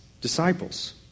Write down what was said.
disciples